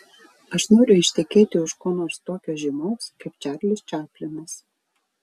aš noriu ištekėti už ko nors tokio žymaus kaip čarlis čaplinas